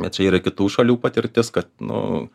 bet čia yra kitų šalių patirtis kad nu